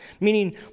meaning